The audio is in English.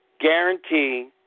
guarantee